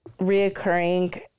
Reoccurring